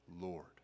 Lord